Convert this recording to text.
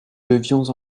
devions